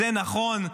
זה נכון,